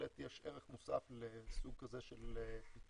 בהחלט יש ערך מוסף לסוג כזה של פתרון,